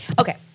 Okay